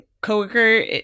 co-worker